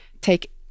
take